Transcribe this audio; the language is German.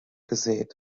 gesät